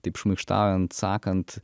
taip šmaikštaujant sakant